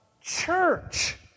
church